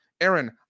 Aaron